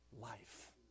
life